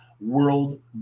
World